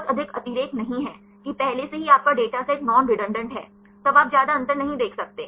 बहुत अधिक अतिरेक नहीं है कि पहले से ही आपका डेटा सेट नॉन रेडंडान्त है तब आप ज्यादा अंतर नहीं देख सकते